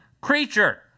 creature